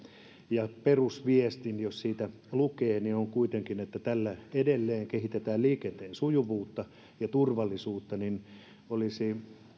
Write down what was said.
ja perusviestin jos siitä lukee niin se on kuitenkin se että tällä edelleen kehitetään liikenteen sujuvuutta ja turvallisuutta joten olisi